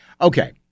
Okay